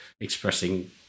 expressing